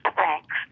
thanks